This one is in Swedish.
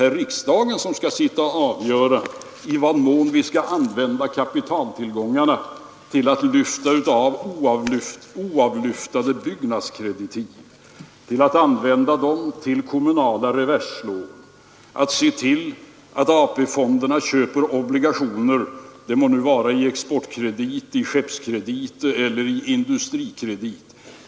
I så fall borde ju riksdagen avgöra i vad mån kapitaltillgångarna skall användas till att lyfta av byggnadskreditiv, till kommunala reverslån och till AP-fondernas köp av obligationer — det må nu vara i exportkredit, skeppskredit eller industrikredit.